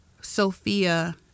Sophia